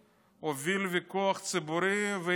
הוביל ויכוח ציבורי והתחייב: